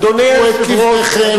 קחו את קבריכם,